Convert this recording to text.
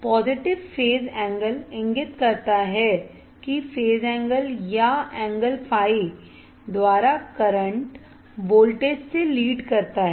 positive phase angle इंगित करता है कि फेज एंगल phase angle या एंगल phi द्वारा करंट वोल्टेज से लीड करता है